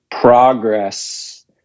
progress